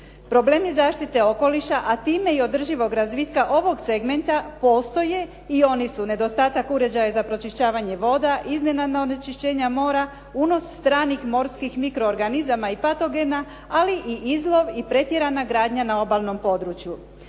Problemi zaštite okoliša a time i održivog razvitka ovog segmenta postoje i oni su nedostatak uređaja za pročišćavanje voda, iznenadna onečišćenja mora, unos stranih morskih mikroorganizama i patogena ali i izlov i pretjerana gradnja na obalnom području.